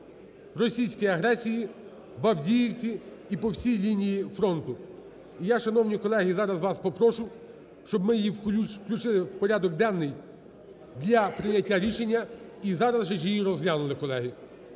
російській агресії в Авдіївці і по всій лінії фронту. І я, шановні колеги, зараз вас попрошу, щоб ми її включили в порядок денний для прийняття рішення і зараз же ж її розглянули, колеги.